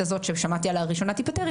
הזאת ששמעתי עליה לראשונה תיפתר,